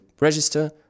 register